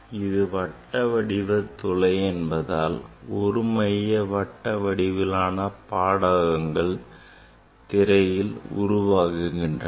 இது வட்ட வடிவ துளை என்பதால் ஒரு மைய வட்ட வடிவிலான பாடகங்கள் திரையில் உருவாகின்றன